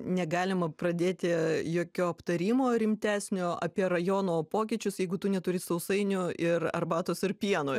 negalima pradėti jokio aptarimo rimtesnio apie rajono pokyčius jeigu tu neturi sausainių ir arbatos ar pieno